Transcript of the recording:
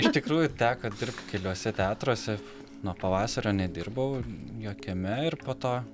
iš tikrųjų teko dirbti keliuose teatruose nuo pavasario nedirbau jokiame ir po to